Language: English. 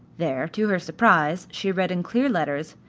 there to her surprise, she read in clear letters,